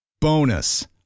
Bonus